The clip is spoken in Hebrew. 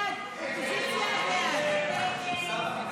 הסתייגות 688 לא נתקבלה.